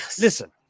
Listen